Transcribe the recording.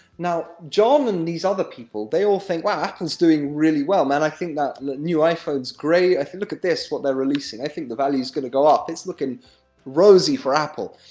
now, john and these other people, they all think wow, apple's doing really well, man i think that new iphone's great look at this, what they're releasing i think the value is going to go up, it's looking rosy for apple.